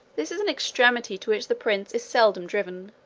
this is an extremity to which the prince is seldom driven,